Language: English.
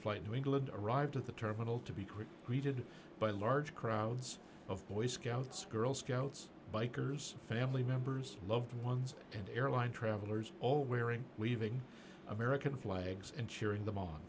flight to england arrived at the terminal to be quick greeted by large crowds of boy scouts girl scouts bikers family members loved ones and airline travelers all wearing leaving american flags and cheering them on